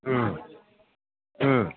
ꯎꯝ ꯎꯝ